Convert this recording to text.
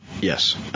Yes